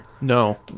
No